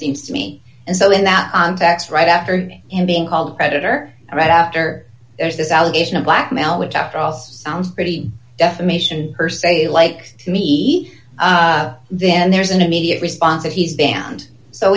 seems to me and so in that context right after him being called predator right after this allegation of blackmail which after all sounds pretty defamation per se like to me then there's an immediate response that he's banned so